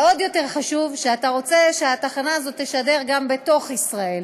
ועוד יותר חשוב שאתה רוצה שהתחנה הזאת תשדר גם בתוך ישראל.